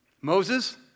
Moses